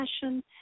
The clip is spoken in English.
passion